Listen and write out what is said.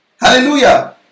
Hallelujah